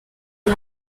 die